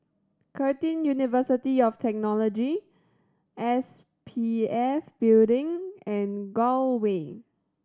Curtin University of Technology S P F Building and Gul Way